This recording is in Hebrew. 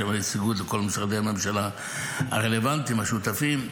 יש שם נציגות לכל משרדי הממשלה הרלוונטיים השותפים.